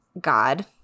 God